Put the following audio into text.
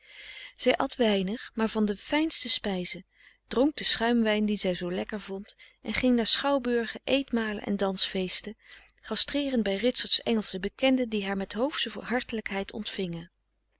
zij at weinig maar van de fijnste spijzen dronk den schuimwijn dien zij zoo lekker vond en ging naar schouwburgen eetmalen en dansfeesten gastreerend bij ritsert's engelsche bekenden die haar met hoofsche hartelijkheid ontvingen